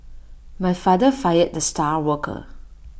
my father fired the star worker